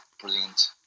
brilliant